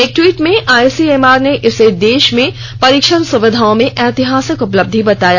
एक ट्वीट में आईसीएमआर ने इसे देश में परीक्षण सुविधाओं में ऐतिहासिक उपलब्धि बताया